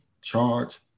charge